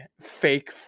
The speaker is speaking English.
fake